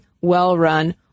well-run